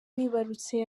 wibarutse